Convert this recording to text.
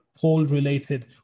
poll-related